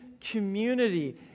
community